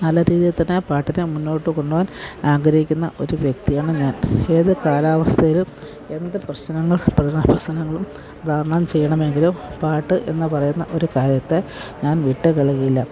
നല്ലരീതിയില്ത്തന്നെ പാട്ടിനെ മുന്നോട്ട് കൊണ്ടുപോവാൻ ആഗ്രഹിക്കുന്ന ഒരു വ്യക്തിയാണ് ഞാൻ ഏത് കാലവസ്ഥയിലും എന്ത് പ്രശ്നങ്ങൾ പ്രയാസങ്ങളും തരണം ചെയ്യണമെങ്കിലും പാട്ട് എന്ന് പറയുന്ന ഒരു കാര്യത്തെ ഞാൻ വിട്ടുകളയില്ല